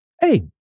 Hey